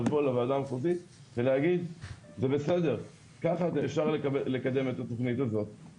לבוא לוועדה המחוזית ולהגיד שזה בסדר וככה אפשר לקדם את התוכנית הזאת,